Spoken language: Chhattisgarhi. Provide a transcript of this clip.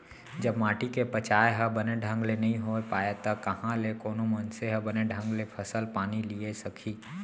जब माटी के बचाय ह बने ढंग ले नइ होय पाही त कहॉं ले कोनो मनसे ह बने ढंग ले फसल पानी लिये सकही